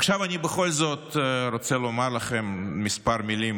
עכשיו אני בכל זאת רוצה לומר לכם כמה מילים